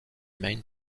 main